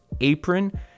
apron